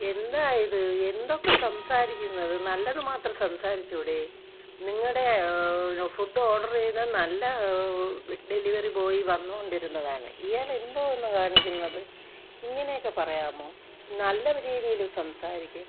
എന്താ ഇത് എന്തൊക്കെ സംസാരിക്കുന്നത് നല്ലതു മാത്രം സംസാരിച്ചു കൂടി നിങ്ങളുടെ ഫുഡ് ഓർഡർ ചെയ്ത് നല്ല ഡെലിവറി ബോയ് വന്നു കൊണ്ടിരുന്നതാണ് ഇയാൾ എന്തോന്ന് കാണിക്കുന്നത് ഇങ്ങനെയൊക്കെ പറയാമോ നല്ല രീതിയിൽ സംസാരിക്കൂ